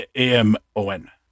Amon